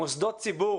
מוסדות ציבור